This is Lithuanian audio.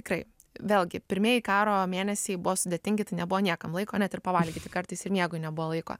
tikrai vėlgi pirmieji karo mėnesiai buvo sudėtingi tai nebuvo niekam laiko net ir pavalgyti kartais ir miegui nebuvo laiko